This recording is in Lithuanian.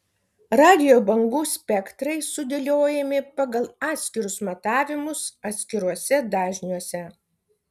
radijo bangų spektrai sudėliojami pagal atskirus matavimus atskiruose dažniuose